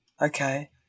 okay